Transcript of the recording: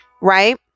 Right